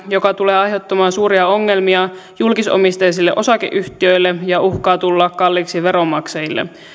joka tulee aiheuttamaan suuria ongelmia julkisomisteisille osakeyhtiöille ja uhkaa tulla kalliiksi veronmaksajille